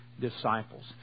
disciples